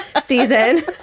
season